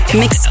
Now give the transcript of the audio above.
mix